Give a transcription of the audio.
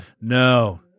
No